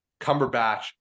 Cumberbatch